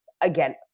again